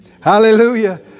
Hallelujah